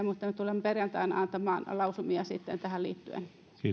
mutta me tulemme perjantaina antamaan lausumia tähän liittyen